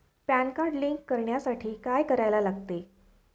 Pan card link करण्यासाठी काय करायला लागते?